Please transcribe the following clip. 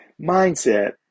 mindset